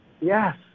Yes